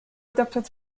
adapted